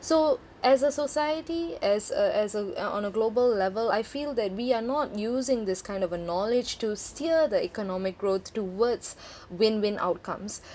so as a society as a as a uh on a global level I feel that we are not using this kind of a knowledge to steer the economic growth towards win-win outcomes